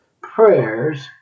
prayers